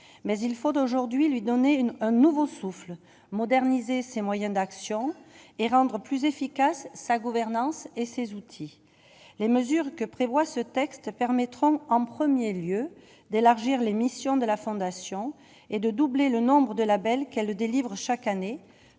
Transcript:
mais il faut d'aujourd'hui lui donner une un nouveau souffle, moderniser ses moyens d'action et rendre plus efficace, sa gouvernance et ses outils, les mesures que prévoit ce texte permettront en 1er lieu d'élargir les missions de la fondation est de doubler le nombre de labels qu'elle délivre chaque année